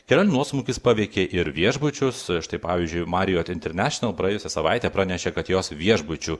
yra nuosmukis paveikė ir viešbučius štai pavyzdžiui marriott international praėjusią savaitę pranešė kad jos viešbučių